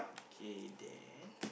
kidding